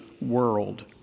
world